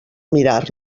mirar